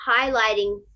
highlighting